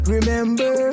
Remember